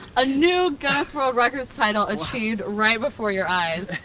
a new guinness world records title achieved right before your eyes.